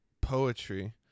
poetry